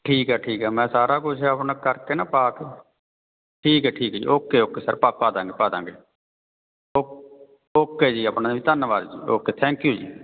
ਠੀਕ ਹੈ ਠੀਕ ਹੈ ਮੈਂ ਸਾਰਾ ਕੁਛ ਆਪਣਾ ਕਰਕੇ ਨਾ ਪਾ ਕੇ ਠੀਕ ਹੈ ਠੀਕ ਜੀ ਓਕੇ ਓਕੇ ਸਰ ਪਾ ਪਾਦਾਂਗੇ ਪਾਦਾਂਗੇ ਓ ਓਕੇ ਜੀ ਆਪਣਾ ਜੀ ਧੰਨਵਾਦ ਜੀ ਓਕੇ ਥੈਂਕ ਯੂ ਜੀ